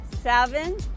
seven